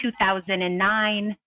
2009